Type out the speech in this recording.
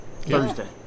Thursday